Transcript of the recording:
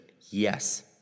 yes